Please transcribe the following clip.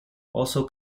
also